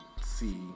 see